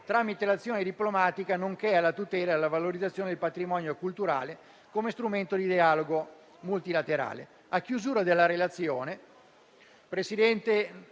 tramite l'azione diplomatica, nonché alla tutela e alla valorizzazione del patrimonio culturale come strumento di dialogo multilaterale.